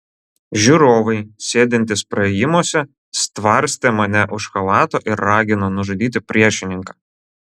žiūrovai sėdintys praėjimuose stvarstė mane už chalato ir ragino nužudyti priešininką